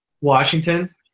Washington